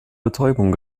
betäubung